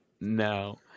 no